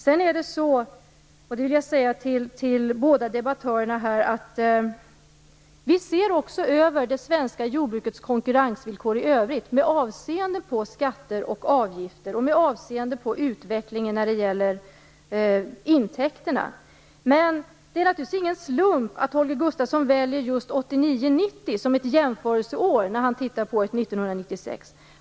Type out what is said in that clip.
Det är vidare så - och det vill jag säga till båda debattörerna här - att vi ser över det svenska jordbrukets konkurrensvillkor i övrigt med avseende på skatter och avgifter och med avseende på utvecklingen när det gäller intäkterna. Men det är naturligtvis ingen slump att Holger Gustafsson väljer just 1989/90 som ett jämförelseår när han ser på 1996.